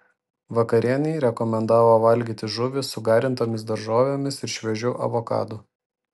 vakarienei rekomendavo valgyti žuvį su garintomis daržovėmis ir šviežiu avokadu